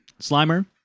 Slimer